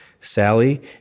Sally